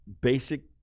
basic